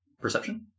Perception